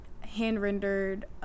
hand-rendered